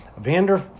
Vander